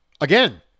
Again